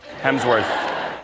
Hemsworth